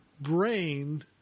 brain